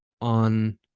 on